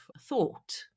thought